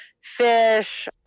fish